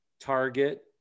Target